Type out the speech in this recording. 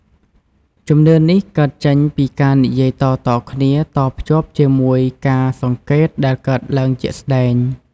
ជំនឿនេះកើតចេញពីការនិយាយតៗគ្នា តភ្ជាប់ជាមួយការសង្កេតដែលកើតឡើងជាក់ស្តែង។